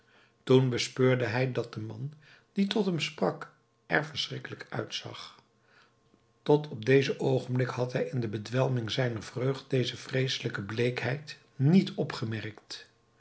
toen bespeurde hij dat de man die tot hem sprak er verschrikkelijk uitzag tot op dezen oogenblik had hij in de bedwelming zijner vreugd deze vreeselijke bleekheid niet opgemerkt